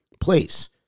place